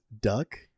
duck